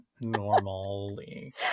normally